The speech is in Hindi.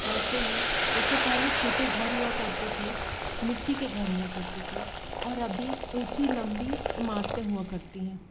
वैसे ही जैसे पहले छोटे घर हुआ करते थे मिट्टी के घर हुआ करते थे और अभी ऊँची लंबी इमारतें हुआ करती हैं